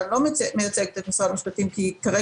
אבל לא מייצגת את משרד המשפטים כי כרגע